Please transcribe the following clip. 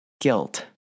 guilt